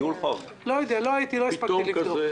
לא הייתי, לא הספקתי לבדוק.